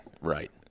Right